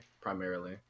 primarily